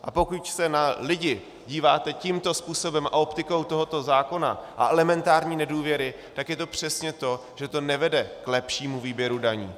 A pokud se na lidi díváte tímto způsobem a optikou tohoto zákona a elementární nedůvěry, tak je to přesně to, že to nevede k lepšímu výběru daní.